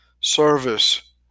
Service